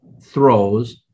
throws